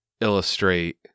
illustrate